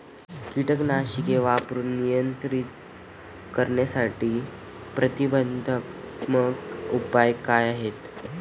कीटकनाशके वापरून नियंत्रित करण्यासाठी प्रतिबंधात्मक उपाय काय आहेत?